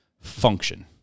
function